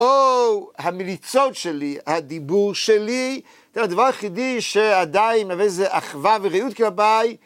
או המליצות שלי, הדיבור שלי, הדבר היחידי שעדיין מביא איזה אחווה ורעות כלפיי,